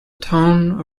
tone